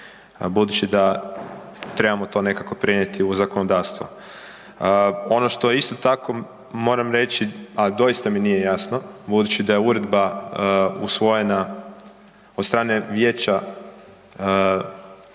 budući da trebamo to nekako prenijeti u zakonodavstvo. Ono što isto tako moram reći, a doista mi nije jasno budući da je uredba usvojena od strane Vijeća EU,